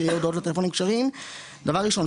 שיהיה הודעות לטלפונים כשרים דבר ראשון,